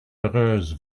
heureuse